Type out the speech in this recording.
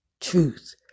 truth